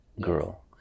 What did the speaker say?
girl